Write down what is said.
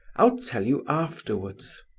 i'll tell you afterwards.